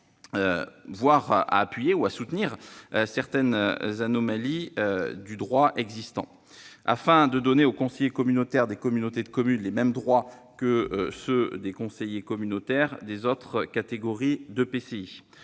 tendent à corriger certaines anomalies du droit existant : afin de donner aux conseillers communautaires des communautés de communes les mêmes droits que ceux des conseillers communautaires des autres catégories d'EPCI